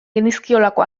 genizkiolako